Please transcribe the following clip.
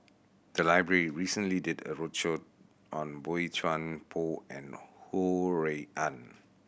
the library recently did a roadshow on Boey Chuan Poh and Ho Rui An